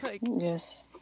Yes